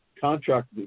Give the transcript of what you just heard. contract